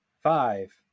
five